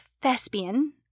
thespian